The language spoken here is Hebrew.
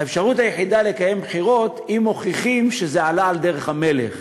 האפשרות היחידה לקיים בחירות היא אם מוכיחים שזה עלה על דרך המלך